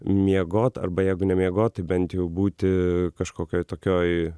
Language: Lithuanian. miegot arba jeigu nemiegot tai bent jau būti kažkokioj tokioj